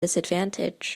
disadvantage